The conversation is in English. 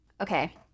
Okay